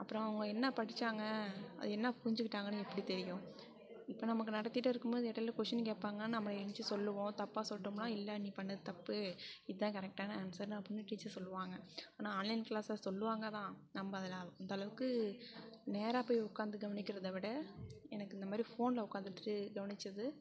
அப்புறம் அவங்க என்ன படிச்சாங்க அது என்ன புரிஞ்சுக்கிட்டாங்கன்னு எப்படி தெரியும் இப்போ நமக்கு நடத்திட்டேருக்கும்போது இடைல கொஸிடின் கேட்பாங்க நம்ம எந்திருச்சு சொல்லுவோம் தப்பாக சொல்லிட்டோம்னா இல்லை நீ பண்ணது தப்பு இதான் கரெக்டான ஆன்சர்னு அப்படின்னு டீச்சர் சொல்வாங்க ஆனால் ஆன்லைன் கிளாஸில் சொல்லுவாங்க தான் நம்ம அதில் அந்த அளவுக்கு நேராக போய் உட்காந்து கவனிக்கிறதை விட எனக்கு இந்தமாரி ஃபோனில் உட்காந்துட்டு கவனிச்சது